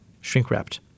shrink-wrapped